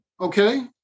okay